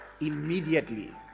Immediately